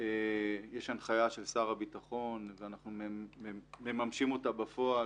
יש הנחיה של שר הביטחון ואנחנו מממשים אותה בפועל,